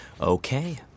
Okay